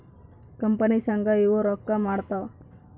company ಸಂಘ ಇವು ರೊಕ್ಕ ಮಾಡ್ತಾವ